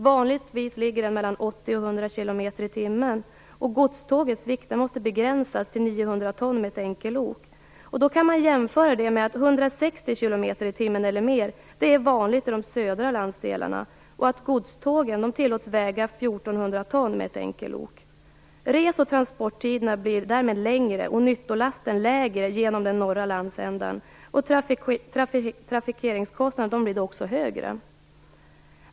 Vanligtvis ligger den mellan 80 och 100 kilometer i timmen, och godstågens vikt måste begränsas till 900 ton med ett enkellok. Det kan jämföras med att 160 kilometer i timmen eller mer är vanligt i de södra landsdelarna. Res och transporttiderna blir därmed längre och nyttolasten lägre genom den norra landsändan, och trafikeringskostnaderna blir då högre.